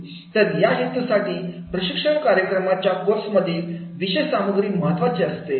तर या हेतू साठी प्रशिक्षण कार्यक्रमाच्या कोर्स मधील विषय सामग्री महत्त्वाचे असते